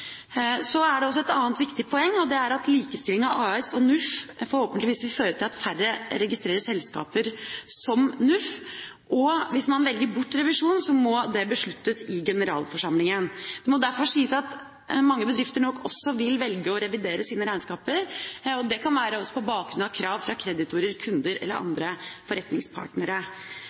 Så er det et annet viktig poeng, og det er at likestilling av AS og NUF forhåpentligvis vil føre til at færre registrerer selskaper som NUF. Hvis man velger bort revisjon, må det besluttes i generalforsamlinga. Det må derfor sies at mange bedrifter nok også vil velge å revidere sine regnskaper. Det kan også være på bakgrunn av krav fra kreditorer, kunder eller andre forretningspartnere.